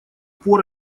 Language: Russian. пор